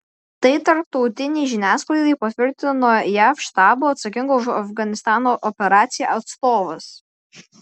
tai tarptautinei žiniasklaidai patvirtino jav štabo atsakingo už afganistano operaciją atstovas